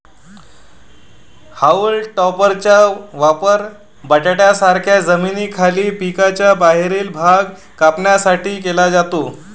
haulm टॉपरचा वापर बटाट्यांसारख्या जमिनीखालील पिकांचा बाहेरील भाग कापण्यासाठी केला जातो